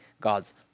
God's